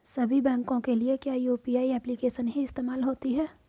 सभी बैंकों के लिए क्या यू.पी.आई एप्लिकेशन ही इस्तेमाल होती है?